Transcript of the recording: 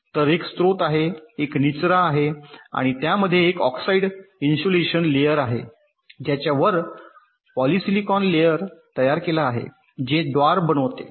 तर एक स्त्रोत आहे एक निचरा आहे आणि त्यामध्ये एक ऑक्साईड इन्सुलेशन लेयर आहे ज्याच्या वर पॉलिसिलिकॉन लेयर तयार केला आहे जे द्वार बनवते